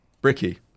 Bricky